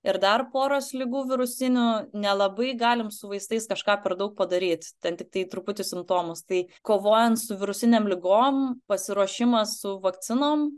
ir dar poros ligų virusinių nelabai galim su vaistais kažką per daug padaryt ten tik tai truputį simptomus tai kovojant su virusinėm ligom pasiruošimas su vakcinom